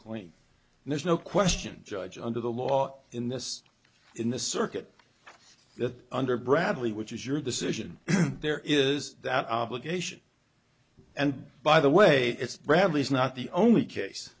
claim and there's no question judge under the law in this in the circuit that under bradley which is your decision there is that obligation and by the way it's bradley's not the only case